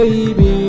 Baby